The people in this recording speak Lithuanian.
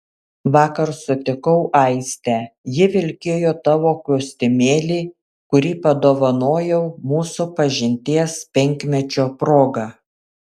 vakar sutikau aistę ji vilkėjo tavo kostiumėlį kurį padovanojau mūsų pažinties penkmečio proga